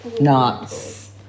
nuts